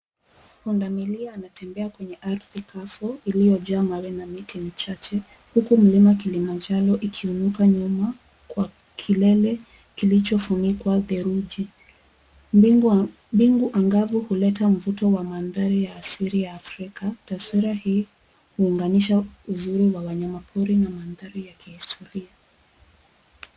Pundamilia anatembea kwenye ardhi kavu iliyojaa mawe na miti michache huku mlima Kilimanjaro ikiinuka nyuma kwa kilele kilichofunikwa theluji. Bingu angavu huleta mvuto wa mandhari ya asili ya Afrika. Taswira hii huunganisha uzuri wa wanyama pori na mandhari ya kihistoria.